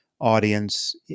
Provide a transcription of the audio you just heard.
audience